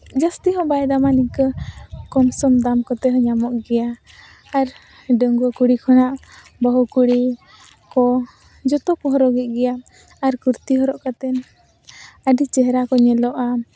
ᱡᱟᱹᱥᱛᱤ ᱦᱚᱸ ᱵᱟᱭᱟ ᱫᱟᱢᱟ ᱱᱤᱝᱠᱟᱹ ᱠᱚᱢᱥᱚᱢ ᱫᱟᱢ ᱠᱚᱛᱮ ᱦᱚᱸ ᱧᱟᱢᱚᱜ ᱜᱮᱭᱟ ᱟᱨ ᱰᱟᱺᱜᱽᱣᱟᱹ ᱠᱩᱲᱤ ᱠᱚᱲᱟ ᱵᱟᱹᱦᱩ ᱠᱩᱲᱤ ᱠᱚ ᱡᱚᱛᱚ ᱠᱚ ᱦᱚᱨᱚᱜᱮᱫ ᱜᱮᱭᱟ ᱟᱨ ᱠᱩᱨᱛᱤ ᱦᱚᱨᱚᱜ ᱠᱟᱛᱮᱱ ᱟᱹᱰᱤ ᱪᱮᱦᱨᱟ ᱠᱚ ᱧᱮᱞᱚᱜᱼᱟ